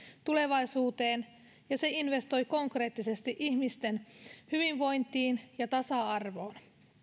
tulevaisuuteen ja se investoi konkreettisesti ihmisten hyvinvointiin ja tasa arvoon